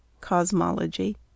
cosmology